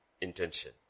intention